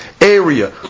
Area